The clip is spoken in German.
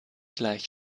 gleich